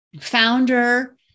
founder